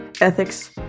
ethics